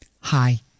Hi